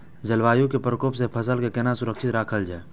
जलवायु के प्रकोप से फसल के केना सुरक्षित राखल जाय छै?